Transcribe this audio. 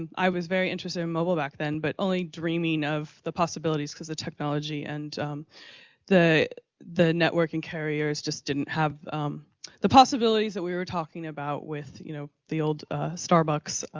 i was very interested in mobile back then, but only dreaming of the possibilities because the technology and the the networking carriers just didn't have the possibilities that we were talking about with, you know, the old starbucks